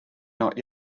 not